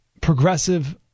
progressive